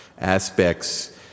aspects